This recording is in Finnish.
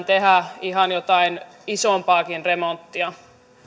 tehdä kotouttamisjärjestelmään ihan jotain isompaakin remonttia